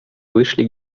вышли